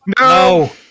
No